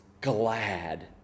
glad